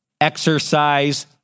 exercise